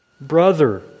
Brother